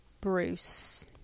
Bruce